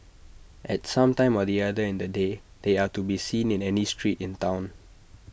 at some time or the other in the day they are to be seen in any street in Town